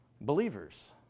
believers